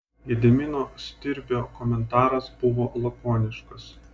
gedimino stirbio komentaras buvo lakoniškas